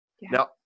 Now